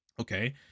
Okay